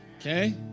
okay